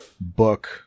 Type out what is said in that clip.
book